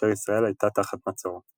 כאשר ישראל הייתה תחת מצור.